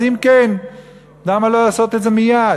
אז אם כן למה לא לעשות את זה מייד,